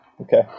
Okay